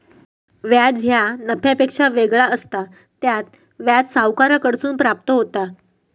व्याज ह्या नफ्यापेक्षा वेगळा असता, त्यात व्याज सावकाराकडसून प्राप्त होता